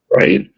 right